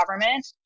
government